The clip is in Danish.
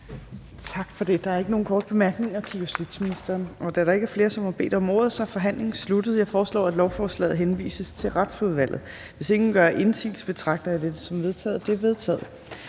Tak for det. Der er ikke nogen korte bemærkninger til justitsministeren. Da der ikke er flere, der har bedt om ordet, er forhandlingen sluttet. Jeg foreslår, at lovforslaget henvises til Retsudvalget. Hvis ingen gør indsigelse, betragter jeg det som vedtaget. Det er vedtaget.